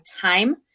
time